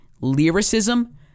lyricism